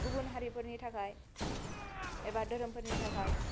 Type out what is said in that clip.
गुबुन हारिफोरनि थाखाय एबा दोहोरोमफोरनि थाखाय